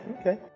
okay